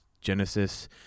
Genesis